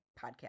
Podcast